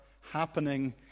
happening